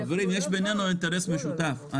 חברים יש בינינו אינטרס משותף.